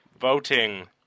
voting